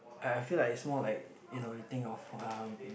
I I feel like is more like you know you think of um